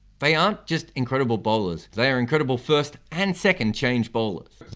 they aren't just incredible bowlers, they are incredible first and second change bowlers.